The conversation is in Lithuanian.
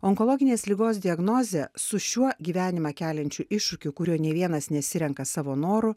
onkologinės ligos diagnozė su šiuo gyvenimą keliančiu iššūkiu kurio nei vienas nesirenka savo noru